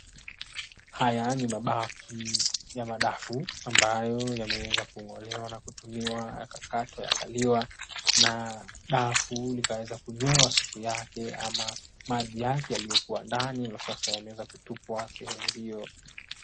Haya ni mabaki ya madafu ambayo yameweza kung'olewa na kutumiwa yakakatwa yakaliwa na dafu likaweza kunywewa supu yake ama maji yake ama yaliyokuwa ndani na sasa yanaweza kutupwa sehemu hiyo.